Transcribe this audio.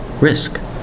risk